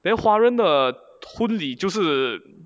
then 华人的婚礼就是